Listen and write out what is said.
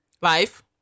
life